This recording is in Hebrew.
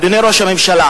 אדוני ראש הממשלה,